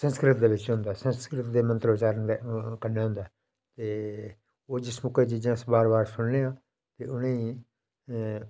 संस्कृत दे बिच होंदा संस्कृत दे मंत्रोच्चारण दे कन्ने होंदा ते ओह् जिस मौके जि'यां अस बार बार सुनने आं ते उ'नेंगी